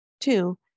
Two